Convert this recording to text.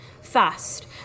fast